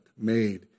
made